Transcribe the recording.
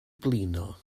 blino